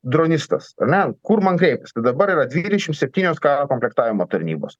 dronistas ar ne kur man kreiptis tai dabar yra dvidešimt septynios karo komplektavimo tarnybos